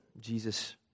Jesus